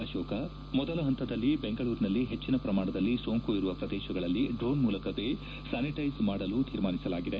ಅಶೋಕ ಮೊದಲ ಹಂತದಲ್ಲಿ ಬೆಂಗಳೂರಿನಲ್ಲಿ ಹೆಚ್ಚಿನ ಪ್ರಮಾಣದಲ್ಲಿ ಸೋಂಕು ಇರುವ ಪ್ರದೇಶಗಳಲ್ಲಿ ದ್ರೋಣ್ ಮೂಲಕವೇ ಸ್ಥಾನಿಟೈಸ್ ಮಾಡಲು ತೀರ್ಮಾನಿಸಲಾಗಿದೆ